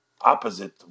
opposite